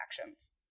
actions